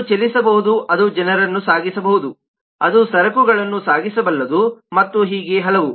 ಅದು ಚಲಿಸಬಹುದು ಅದು ಜನರನ್ನು ಸಾಗಿಸಬಹುದು ಅದು ಸರಕುಗಳನ್ನು ಸಾಗಿಸಬಲ್ಲದು ಮತ್ತು ಹೀಗೆ ಹಲವು